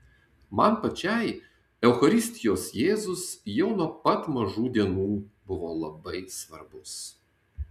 man pačiai eucharistijos jėzus jau nuo pat mažų dienų buvo labai svarbus